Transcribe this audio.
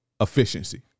Efficiency